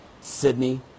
Sydney